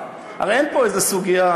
הרי אין פה איזו סוגיה,